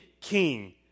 king